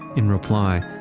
in reply,